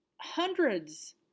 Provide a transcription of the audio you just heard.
hundreds